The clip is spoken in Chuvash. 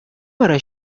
вара